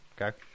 Okay